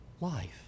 life